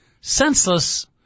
senseless